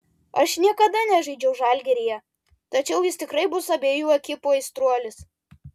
aš niekada nežaidžiau žalgiryje tačiau jis tikrai bus abejų ekipų aistruolis